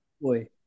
Boy